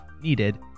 needed